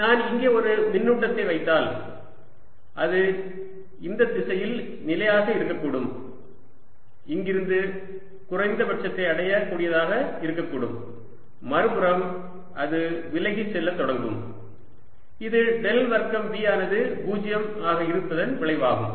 நான் இங்கே ஒரு மின்னூட்டத்தை வைத்தால் அது இந்த திசையில் நிலையாக இருக்கக் கூடும் இங்கிருந்து குறைந்தபட்சத்தை அடையக் கூடியதாக இருக்கக்கூடும் மறுபுறம் அது விலகிச் செல்லத் தொடங்கும் இது டெல் வர்க்கம் V ஆனது 0 ஆக இருப்பதன் விளைவாகும்